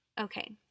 okay